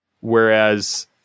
Whereas